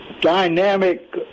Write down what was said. dynamic